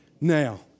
Now